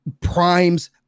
primes